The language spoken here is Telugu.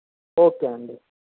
ఓకే అండి